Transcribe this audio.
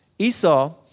Esau